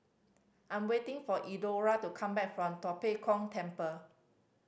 I'm waiting for Elenora to come back from Tua Pek Kong Temple